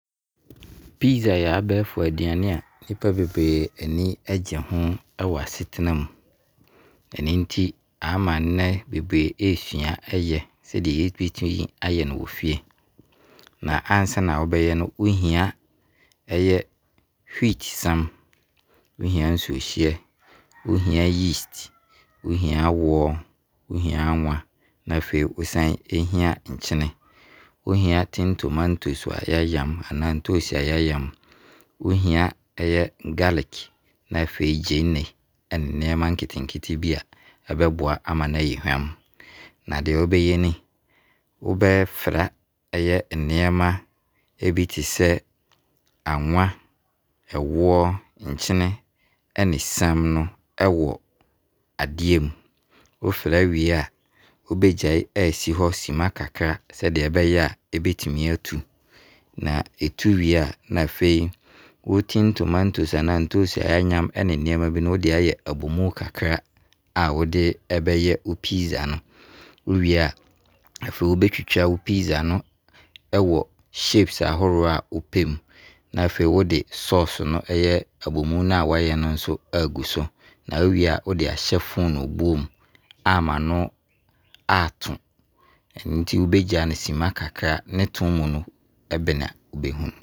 Pizza yɛ abɛɛfo aduane a nipa bebree ani gye ho ɛwɔ asetena mu. Ɛno nti nnɛ ama bebree ɛsua yɛ, sedeɛ yɛbɛtumi ayɛ no wɔ fie. Na ansa na wo bɛyɛ no, wo hia ɛyɛ wheat sam. Wo hia nsuo hyeɛ. Wo hia yeast. Wo hia woɔ. Wo hia awan. Na afei wo sane ɛhia nkyene. Wo hia tin tomatoes a yɛayam anaa ntoesi a yɛayam. Wo hia garlic na afei gyeene. Ɛne nneɛma nketenkete bi a ɛbɛboa ama no ayɛ hwam. Na adɛe a wo bɛyɛ ni, wo bɛfra ɛyɛ nneɛma bi te sɛ, awan, ɛwoɔ, nkyene ɛne sam no ɛwɔ adeɛ mu. Wo fra wie a, wo bɛgyae asi hɔ sima kakra sɛdeɛ ɛbɛyɛ a ɛbɛtumi atu. SƐ ɛtu wie a, na afei wo tin tomatoes anaa sɛ ntoesi a yɛayam no ɛne nneɛma bi no wo. de ayɛ abomu kakra a wo de bɛyɛ pizza no. Wo wie a, afei wo bɛtwitwa wo pizza no wɔ shapes ahoroɔ a wo pɛ mu. Na afei wo de sauce no, ɛyɛ abomu no a wo ayɛ no agu so. Na wo wie a wo de ahyɛ fonobuo mu ama no ato. Ɛno nti wo bɛgyae no sima kakra ne to no mu no, ɛbene a wo bɛhu.